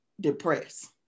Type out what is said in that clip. depressed